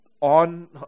on